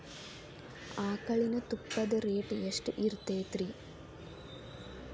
ಆಕಳಿನ ತುಪ್ಪದ ರೇಟ್ ಎಷ್ಟು ಇರತೇತಿ ರಿ?